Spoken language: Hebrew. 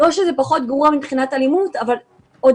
לא שזה פחות גרוע מבחינת אלימות אבל עוד